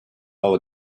all